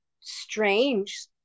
strange